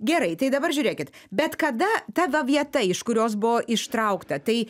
gerai tai dabar žiūrėkit bet kada ta va vieta iš kurios buvo ištraukta tai